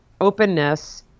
openness